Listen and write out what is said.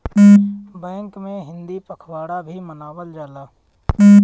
bank में हिंदी पखवाड़ा भी मनावल जाला